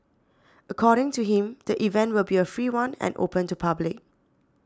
according to him the event will be a free one and open to public